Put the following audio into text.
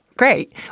Great